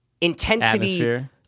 intensity